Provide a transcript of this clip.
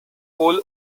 fall